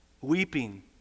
Weeping